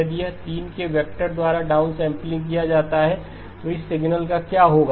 यदि यह 3 के वेक्टर द्वारा डाउनसेंपल किया जाता है तो इस सिग्नल का क्या होगा